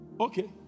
Okay